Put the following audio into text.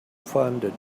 funded